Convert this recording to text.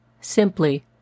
simply